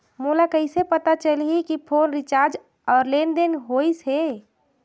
मोला कइसे पता चलही की फोन रिचार्ज और लेनदेन होइस हे?